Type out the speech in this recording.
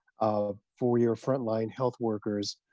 ah for your front-line health workers,